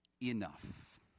Enough